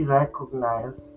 recognize